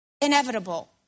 inevitable